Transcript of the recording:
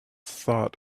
thought